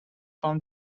from